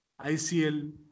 ICL